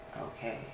okay